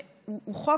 הוא חוק,